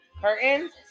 curtains